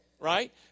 right